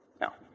Now